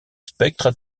spectres